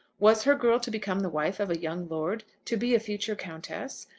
was her girl to become the wife of a young lord to be a future countess?